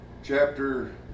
Chapter